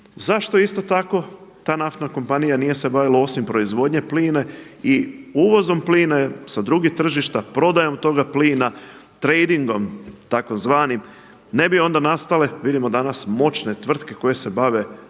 zašto isto tako ta naftna kompanija nije se bavila osim proizvodnjom plina i uvozom plina sa drugih tržišta, prodajom toga plina, tradeingom tzv., ne bi onda nastale, vidimo danas, moćne tvrtke koje se bave plinom